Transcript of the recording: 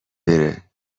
بره